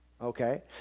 Okay